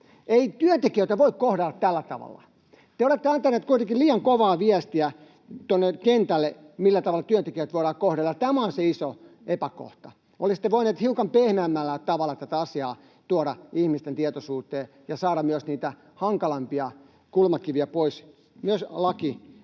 Ei työntekijöitä voi kohdella tällä tavalla. Te olette antaneet kuitenkin liian kovaa viestiä tuonne kentälle siitä, millä tavalla työntekijöitä voidaan kohdella, ja tämä on se iso epäkohta. Olisitte voineet hiukan pehmeämmällä tavalla tuoda tätä asiaa ihmisten tietoisuuteen ja saada myös niitä hankalampia kulmakiviä pois lakihankkeestanne.